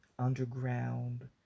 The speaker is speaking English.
underground